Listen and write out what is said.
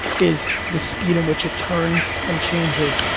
is the speed in which it turns and changes.